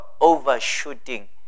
overshooting